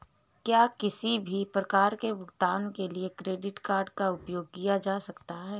क्या किसी भी प्रकार के भुगतान के लिए क्रेडिट कार्ड का उपयोग किया जा सकता है?